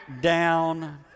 down